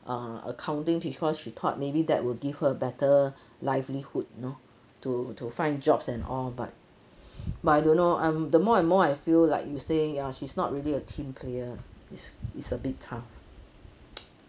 uh accounting because she thought maybe that will give her a better livelihood you know to to find jobs and all but but I don't know I'm the more and more I feel like you say ya she's not really a team player is is a bit tough